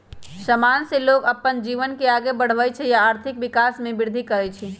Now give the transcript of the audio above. समान से लोग अप्पन जीवन के आगे बढ़वई छई आ आर्थिक विकास में भी विर्धि करई छई